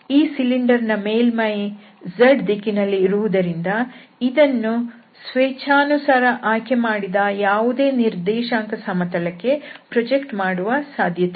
ಈ ಸಿಲಿಂಡರ್ ನ ಮೇಲ್ಮೈ z ದಿಕ್ಕಿನಲ್ಲಿ ಇರುವುದರಿಂದ ಇದನ್ನು ಸ್ವೇಚ್ಛಾನುಸಾರ ಆಯ್ಕೆ ಮಾಡಿದ ಯಾವುದೇ ನಿರ್ದೇಶಾಂಕ ಸಮತಲಕ್ಕೆ ಪ್ರೊಜೆಕ್ಟ್ ಮಾಡುವ ಸಾಧ್ಯತೆ ಇಲ್ಲ